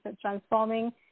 transforming